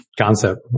concept